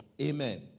Amen